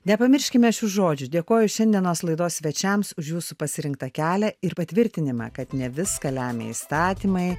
nepamirškime šių žodžių dėkoju šiandienos laidos svečiams už jūsų pasirinktą kelią ir patvirtinimą kad ne viską lemia įstatymai